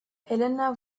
helena